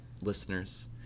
listeners